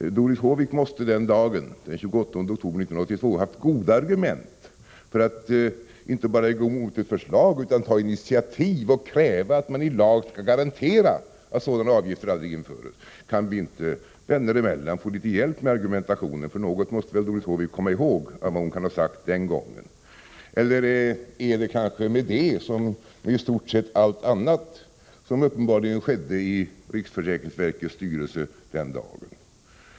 Men den 28 oktober 1982 måste hon själv ha haft goda argument för att inte bara gå emot ett förslag, utan ta initiativ och kräva att man i lag skall garantera att sådana avgifter aldrig införs. Skulle vi inte, vänner emellan, kunna få litet hjälp med argumentationen, för något måste väl Doris Håvik komma ihåg av vad hon kan ha sagt den gången. Eller är det kanske med detta som med i stort sett allt annat som uppenbarligen skedde i riksförsäkringsverkets styrelse den dagen?